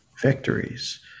victories